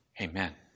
Amen